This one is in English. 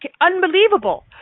unbelievable